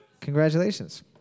Congratulations